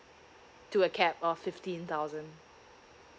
to a cap of fifteen thousand